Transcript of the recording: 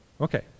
Okay